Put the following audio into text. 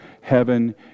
heaven